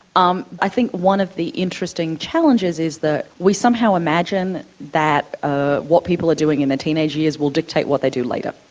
um i think one of the interesting challenges is that we somehow imagine that ah what people are doing in their teenage years will dictate what they do later.